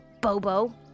Bobo